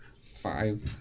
five